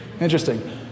Interesting